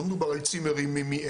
לא מדובר על צימרים מעץ,